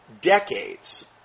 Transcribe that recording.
decades